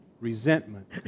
resentment